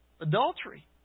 adultery